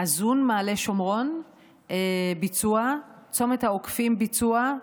עזון מעלה שומרון, ביצוע, צומת העוקפים ביצוע,